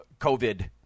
COVID